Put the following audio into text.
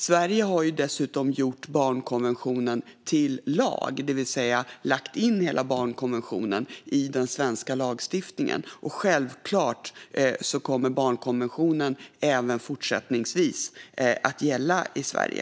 Sverige har dessutom gjort barnkonventionen till lag, det vill säga lagt in hela barnkonventionen i den svenska lagstiftningen. Självfallet kommer barnkonventionen även fortsättningsvis att gälla i Sverige.